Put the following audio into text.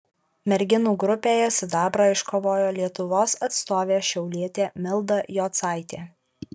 merginų grupėje sidabrą iškovojo lietuvos atstovė šiaulietė milda jocaitė